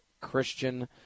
Christian